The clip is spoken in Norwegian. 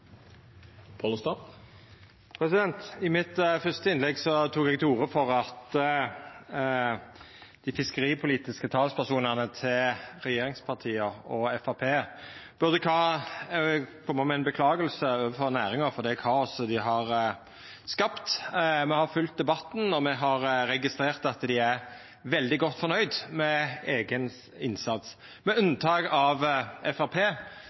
orde for at dei fiskeripolitiske talspersonane til regjeringspartia og Framstegspartiet burde beklaga overfor næringa for det kaoset dei har skapt. Me har følgt debatten, og me har registrert at dei er veldig godt fornøgde med eigen innsats, med unntak av